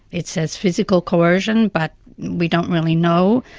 it says physical coercion but we don't really know.